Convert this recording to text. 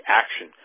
action